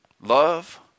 Love